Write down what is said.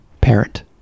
parent